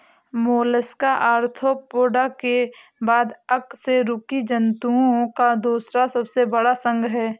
Mollusca Arthropoda के बाद अकशेरुकी जंतुओं का दूसरा सबसे बड़ा संघ है